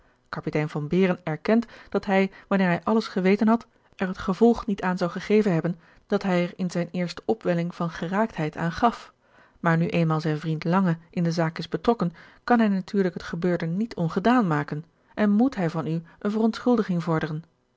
kapitein von behren erkent dat hij wanneer hij alles geweten had er het gevolg niet aan zou gegeven hebben dat hij er in zijne eerste opwelling van geraaktheid aan gaf maar nu eenmaal zijn vriend lange in de zaak is betrokken kan hij natuurlijk het gebeurde niet ongedaan maken en moet hij van u eene verontschuldiging vorderen